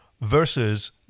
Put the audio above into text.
versus